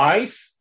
life